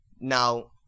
Now